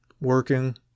working